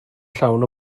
llawn